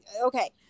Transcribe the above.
okay